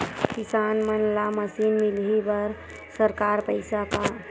किसान मन ला मशीन मिलही बर सरकार पईसा का?